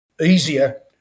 easier